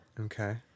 okay